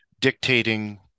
dictating